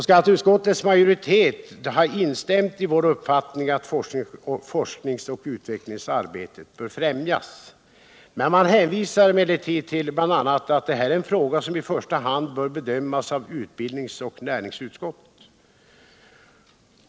Skatteutskottets majoritet instämmer i vår uppfattning att forskningsoch utvecklingsarbete bör främjas. Man hänvisar emellertid bl.a. till att detta är en fråga som i första hand bör bedömas av utbildningsoch näringsutskottet.